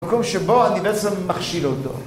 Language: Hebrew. במקום שבו אני בעצם מכשיל אותו